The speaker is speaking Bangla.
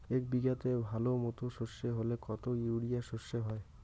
এক বিঘাতে ভালো মতো সর্ষে হলে কত ইউরিয়া সর্ষে হয়?